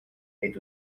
est